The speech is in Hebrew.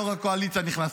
גם יו"ר הקואליציה נכנס,